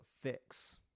fix